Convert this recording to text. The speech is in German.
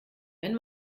wenn